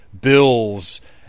bills